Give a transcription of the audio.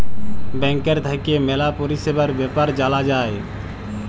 ব্যাংকের থাক্যে ম্যালা পরিষেবার বেপার জালা যায়